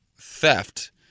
theft